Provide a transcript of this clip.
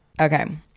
Okay